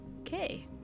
Okay